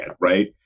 right